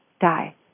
die